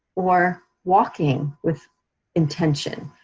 or walking with intention,